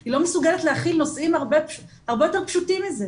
היא לא מסוגלת להכיל נושאים הרבה יותר פשוטים מזה'.